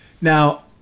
Now